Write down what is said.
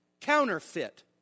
counterfeit